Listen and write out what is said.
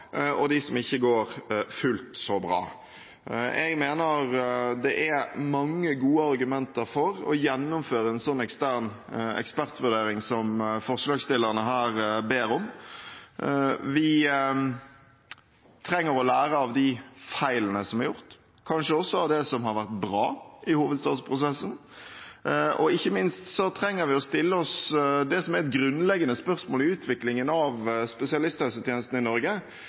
og dem som ikke går fullt så bra. Jeg mener det er mange gode argumenter for å gjennomføre en sånn ekstern ekspertvurdering som forslagsstillerne her ber om. Vi trenger å lære av de feilene som er gjort, kanskje også av det som har vært bra i hovedstadsprosessen, og ikke minst trenger vi å stille oss det som er et grunnleggende spørsmål i utviklingen av spesialisthelsetjenesten i Norge: